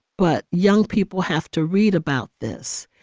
but young people have to read about this.